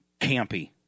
campy